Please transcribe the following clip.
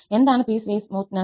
എന്താണ് piecewise smoothness